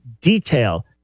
detail